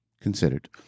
considered